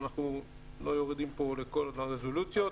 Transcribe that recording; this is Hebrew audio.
אנחנו לא יורדים פה לכל הרזולוציות.